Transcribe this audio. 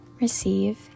receive